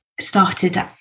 started